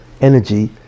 energy